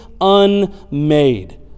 unmade